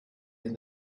and